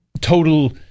total